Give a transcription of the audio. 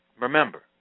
Remember